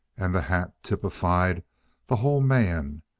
and the hat typified the whole man.